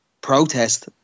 protest